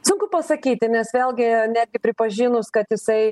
sunku pasakyti nes vėlgi netgi pripažinus kad jisai